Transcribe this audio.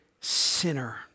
sinner